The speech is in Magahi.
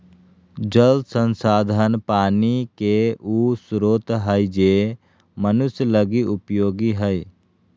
जल संसाधन पानी के उ स्रोत हइ जे मनुष्य लगी उपयोगी हइ